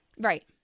right